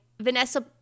Vanessa